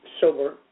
sober